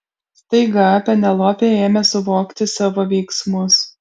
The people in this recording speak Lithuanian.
staiga penelopė ėmė suvokti savo veiksmus